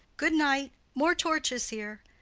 good night. more torches here!